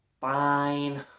fine